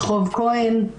רחוב כהן,